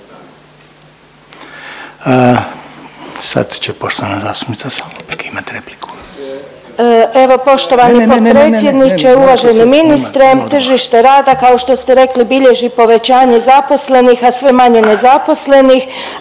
Sad će poštovana zastupnica Salopek imati repliku. **Salopek, Anđelka (HDZ)** Evo poštovani potpredsjedniče, uvaženi ministre tržište rada kao što ste rekli bilježi povećanje zaposlenih, a sve manje nezaposlenih,